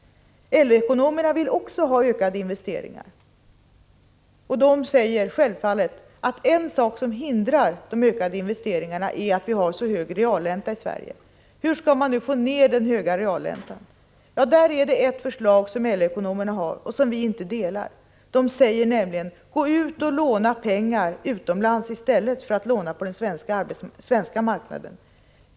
LO-ekonomerna vill också ha ökade investeringar, och de säger att en sak som hindrar de ökade investeringarna är att vi har så hög realränta i Sverige. Hur skall man nu få ner den höga realräntan? Där har LO-ekonomerna en uppfattning som regeringen inte delar. De vill nämligen att vi skall gå ut och låna pengar utomlands i stället för att låna på den svenska marknaden.